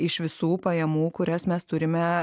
iš visų pajamų kurias mes turime